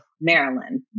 Maryland